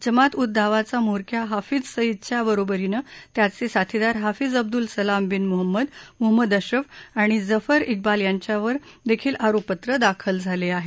जमात उद दाबाचा म्होरक्या हाफिज सईद च्या बरोबरीनं त्याचे साथीदार हफिज अब्दुल सलाम बिन मुहंमद मुहम्मद अशरफ आणि झफर क्बाल यांच्यावर देखील आरोप दाखल झाले आहेत